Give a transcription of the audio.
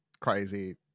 crazy